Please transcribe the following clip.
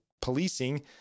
policing